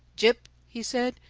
jip, he said,